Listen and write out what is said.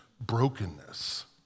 brokenness